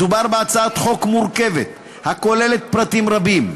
מדובר בהצעת חוק מורכבת הכוללת פרטים רבים.